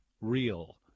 real